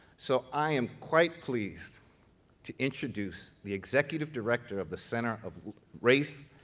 so, i am quite pleased to introduce the executive director of the center of race,